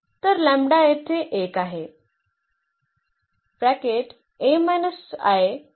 तर लॅम्ब्डा येथे 1 आहे